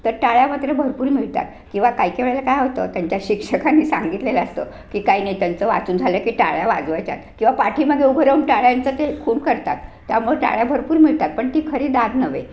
तर टाळ्या मात्र भरपूर मिळतात किंवा काय काय वेळेला काय होतं त्यांच्या शिक्षकांनी सांगितलेलं असतं की काय नाही त्यांचं वाचून झालं की टाळ्या वाजवायच्या आहेत किंवा पाठीमागे उभं राहून टाळ्यांचं ते खूप करतात त्यामुळे टाळ्या भरपूर मिळतात पण ती खरी दाद नव्हे